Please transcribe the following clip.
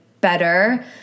better